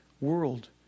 world